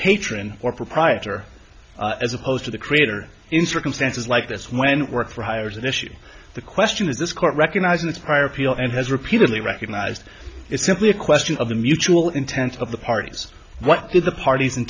patron or proprietor as opposed to the creator in circumstances like this when work for hire is an issue the question is this court recognizing its prior appeal and has repeatedly recognized it's simply a question of the mutual intent of the parties what did the parties